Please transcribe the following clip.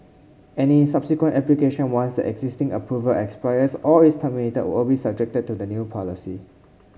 any subsequent application once existing approval expires or is terminated will be subjected to the new policy